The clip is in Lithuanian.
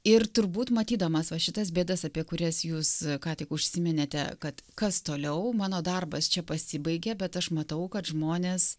ir turbūt matydamas va šitas bėdas apie kurias jūs ką tik užsiminėte kad kas toliau mano darbas čia pasibaigė bet aš matau kad žmonės